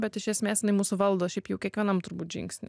bet iš esmės jinai mus valdo šiaip jau kiekvienam turbūt žingsny